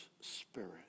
Spirit